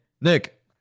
Nick